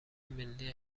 ملی